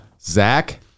Zach